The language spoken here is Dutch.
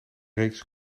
reeks